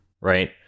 right